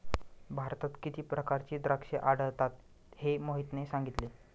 भारतात किती प्रकारची द्राक्षे आढळतात हे मोहितने सांगितले